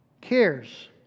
cares